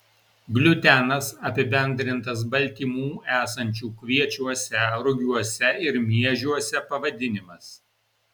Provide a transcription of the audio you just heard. gliutenas apibendrintas baltymų esančių kviečiuose rugiuose ir miežiuose pavadinimas